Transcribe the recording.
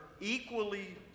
equally